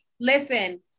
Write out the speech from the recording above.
listen